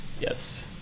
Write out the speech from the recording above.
Yes